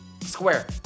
square